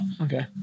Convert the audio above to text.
okay